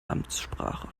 amtssprache